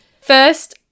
First